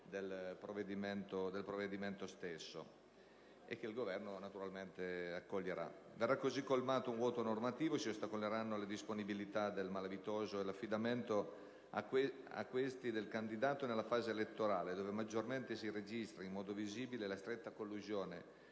del provvedimento stesso e che il Governo si dichiara disponibile ad accogliere. Verrà così colmato un vuoto normativo e si ostacoleranno la disponibilità del malavitoso e l'affidamento a questi del candidato nella fase elettorale dove maggiormente si registra in modo visibile la stretta collusione